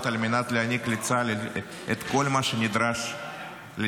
על מנת להעניק לצה"ל את כל מה שנדרש לניצחון.